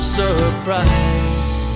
surprise